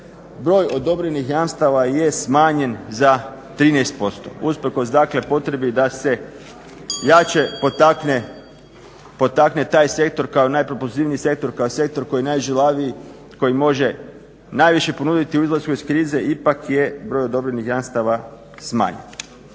broj odobrenih jamstava je smanjen za 13% usprkos dakle potrebi da se jače potakne taj sektor kao najpropulzivniji sektor, kao sektor koji je najžilaviji, koji može najviše ponuditi u izlasku iz krize. Ipak je broj odobrenih jamstava smanjen.